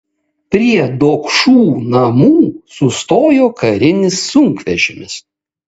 prie dokšų namų sustojo karinis sunkvežimis